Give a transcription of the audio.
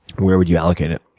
where would you allocate it?